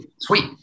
Sweet